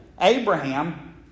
Abraham